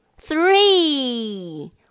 three